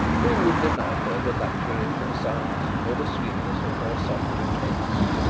who would deny her the luxury of her sighs, or the sweetness of her soft regrets!